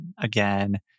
again